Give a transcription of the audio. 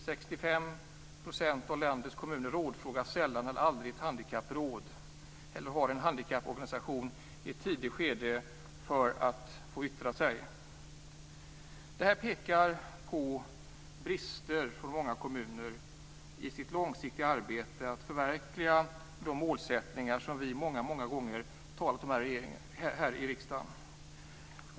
65 % av landets kommuner rådfrågar sällan eller aldrig ett handikappråd eller hör en handikapporganisation i ett tidigt skede för att få yttra sig. Det här pekar på brister i många kommuners långsiktiga arbete med att förverkliga de målsättningar som vi många gånger har talat om här i riksdagen.